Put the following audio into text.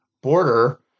border